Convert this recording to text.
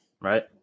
right